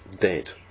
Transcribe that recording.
dead